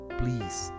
please